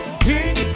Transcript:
drink